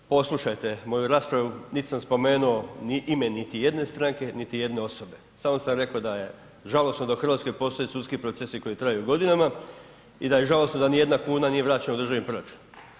Poslušajte moju raspravu, niti sam spomenuo ni ime niti jedne stranke niti jedne osobe, samo sam rekao da je žalosno da u Hrvatskoj postoji sudski procesi koji traju godinama i da je žalosno da ni jedna kuna nije vraćena u državni proračun.